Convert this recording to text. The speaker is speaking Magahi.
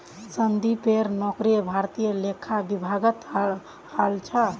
संदीपेर नौकरी भारतीय लेखा विभागत हल छ